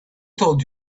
told